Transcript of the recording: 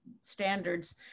standards